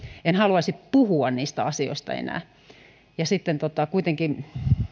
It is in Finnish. en haluaisi puhua niistä asioista enää sitten kuitenkin